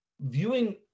viewing